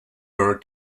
were